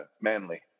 manly